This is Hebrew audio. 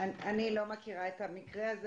אני לא מכירה את המקרה הזה.